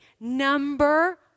Number